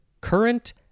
current